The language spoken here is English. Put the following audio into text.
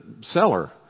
seller